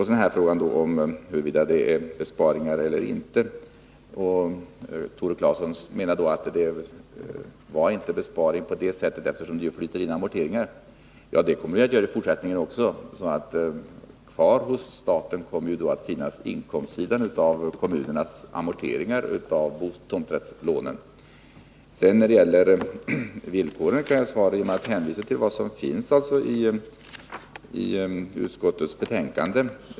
Sedan menade Tore Claeson att det inte var fråga om besparingar, eftersom det flyter in amorteringar. Men det kommer det att göra i fortsättningen också. Kvar hos staten kommer att finnas inkomstsidan av kommunernas amorteringar för tomträttslånen. Beträffande villkoren kan jag svara med att hänvisa till vad som står i utskottets betänkande.